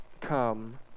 come